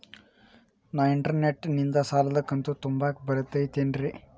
ನಾ ಇಂಟರ್ನೆಟ್ ನಿಂದ ಸಾಲದ ಕಂತು ತುಂಬಾಕ್ ಬರತೈತೇನ್ರೇ?